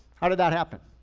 how did that happen?